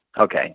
okay